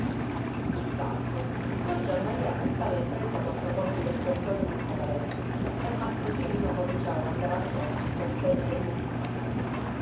intanto don giammaria buttava in fretta quattro colpi d'aspersorio sul cataletto e mastro cirino cominciava ad andare attorno per spegnere i lumi colla canna